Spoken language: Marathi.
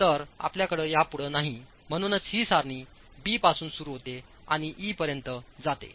तर आपल्याकडे यापुढे नाही आणि म्हणूनच ही सारणी बी पासून सुरू होते आणिई पर्यंत जाते